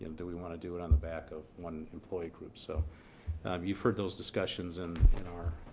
and do we want to do it on the back of one employee group. so you've heard those discussions and in our